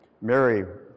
Mary